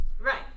Right